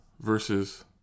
versus